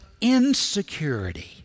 insecurity